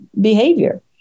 behavior